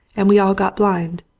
and we all got blind.